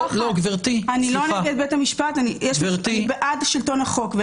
אני לא נגד בית המשפט, אני בעד שלטון החוק.